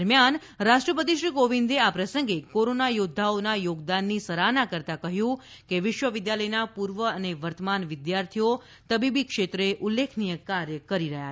દરમિયાન રાષ્ટ્રપતિ શ્રી કોવિંદે આ પ્રસંગે કોરોના યોધ્ધાઓના યોગદાનની સરાહના કરતાં કહ્યું કે વિશ્વ વિદ્યાલયના પૂર્વ અને વર્તમાન વિદ્યાર્થીઓ તબીબી ક્ષેત્ર ઉલ્લેખનીય કાર્ય કરી રહ્યા છે